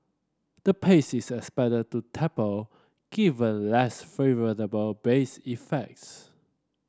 the pace is expected to taper given less favourable base effects